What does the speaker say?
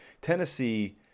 Tennessee